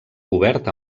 cobert